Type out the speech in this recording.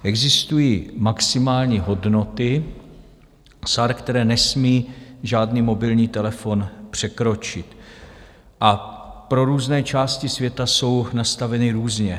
Existují maximální hodnoty SAR, které nesmí žádný mobilní telefon překročit, a pro různé části světa jsou nastaveny různě.